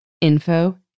info